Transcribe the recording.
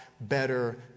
better